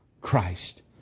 Christ